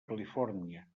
califòrnia